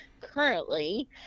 currently